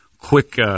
quick